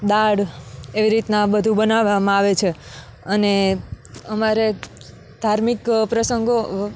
દાળ એવી રીતના બધુ બનાવવામાં આવે છે અને અમારે ધાર્મિક પ્રસંગો